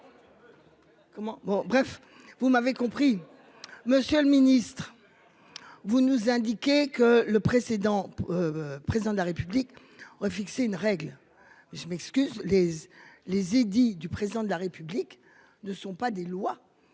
bref. Vous m'avez compris, Monsieur le Ministre. Vous nous indiquer. Que le précédent. Président de la République. Refixer une règle. Je m'excuse les les du président de la République ne sont pas des lois,